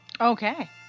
okay